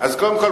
אז קודם כול,